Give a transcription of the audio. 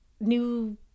new